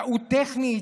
טעות טכנית.